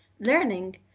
learning